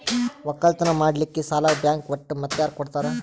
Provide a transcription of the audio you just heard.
ಒಕ್ಕಲತನ ಮಾಡಲಿಕ್ಕಿ ಸಾಲಾ ಬ್ಯಾಂಕ ಬಿಟ್ಟ ಮಾತ್ಯಾರ ಕೊಡತಾರ?